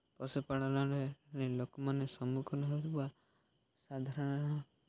ପଶୁପାଳନରେ ଲୋକମାନେ ସମ୍ମୁଖୀନ ହେଉଥିବା ସାଧାରଣ